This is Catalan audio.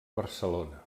barcelona